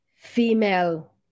female